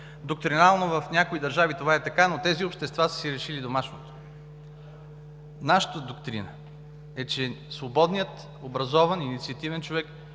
Доктринално в някои държави това е така, но тези общества са си решили домашното. Нашата доктрина е, че свободният, образован, инициативен човек